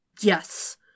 Yes